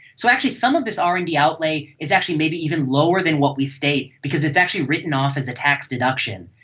so actually some of this r and d outlay is actually maybe even lower than what we state because it's actually written off as a tax deduction,